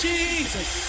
Jesus